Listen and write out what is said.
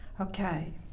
Okay